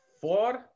four